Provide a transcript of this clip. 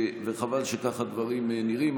וחבל שכך הדברים נראים,